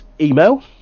email